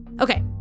Okay